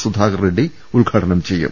സുധാകർ റെഡ്ഡി ഉദ്ഘാടനം ചെയ്യും